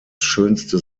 schönste